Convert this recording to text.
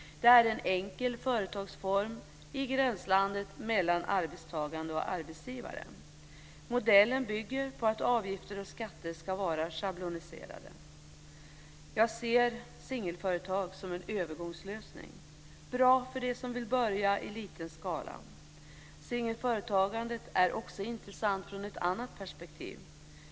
Det är en enkel företagsform i gränslandet mellan att vara arbetstagare och arbetsgivare. Modellen bygger på att avgifter och skatter ska vara schabloniserade. Jag ser singelföretag som en övergångslösning. Det är bra för dem som vill börja i liten skala. Singelföretagandet är också intressant från ett annat perspektiv.